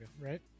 right